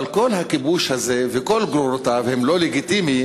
אבל כל הכיבוש הזה וכל גרורותיו הם לא לגיטימיים,